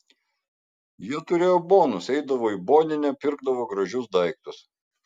jei turėjo bonus eidavo į boninę pirkdavo gražius daiktus